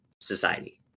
society